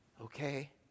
okay